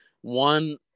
one